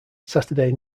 saturday